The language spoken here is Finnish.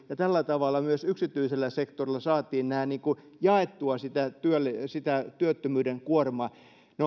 ja tällä tavalla myös yksityisellä sektorilla saatiin niin kuin jaettua sitä työttömyyden kuormaa